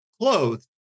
clothed